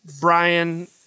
Brian